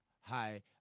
hi